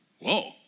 whoa